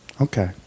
Okay